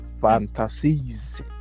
fantasies